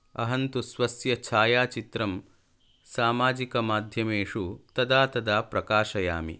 अहं तु स्वस्य छायाचित्रं सामाजिकमाध्यमेषु तदा तदा प्रकाशयामि